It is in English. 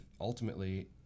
ultimately